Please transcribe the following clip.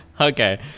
okay